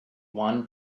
wanted